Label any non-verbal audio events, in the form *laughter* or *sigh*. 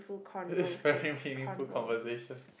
*breath* this is very meaningful conversation